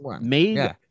Made